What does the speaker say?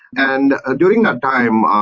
and ah during that time, ah